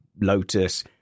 Lotus